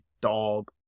dog